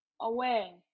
away